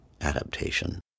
adaptation